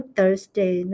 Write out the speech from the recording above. Thursday